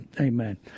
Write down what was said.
Amen